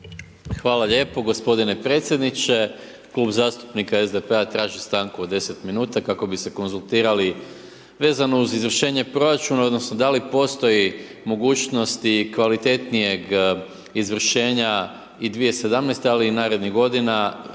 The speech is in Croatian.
Hvala lijepo gospodine predsjedniče. Klub zastupnika SDP-a traži stanku od 10 minuta kako bi se konzultirali vezano uz izvršenje proračuna odnosno da li postoji mogućnosti kvalitetnijeg izvršenja i 2017. ali i narednih godina